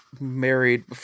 married